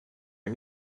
and